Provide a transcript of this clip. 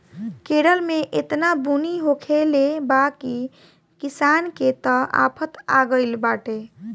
केरल में एतना बुनी होखले बा की किसान के त आफत आगइल बाटे